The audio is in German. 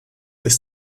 ist